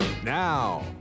Now